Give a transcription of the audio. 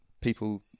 people